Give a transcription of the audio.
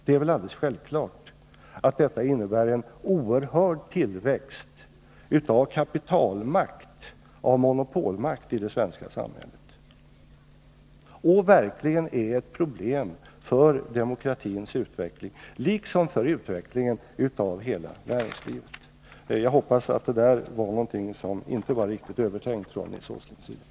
Det är väl alldeles självklart att detta innebär en oerhörd tillväxt av kapitalmakt och av monopolmakt i det svenska samhället och att det verkligen är ett problem för demokratins utveckling liksom för utvecklingen av hela näringslivet. Jag hoppas att det där var någonting som inte var riktigt övertänkt från Nils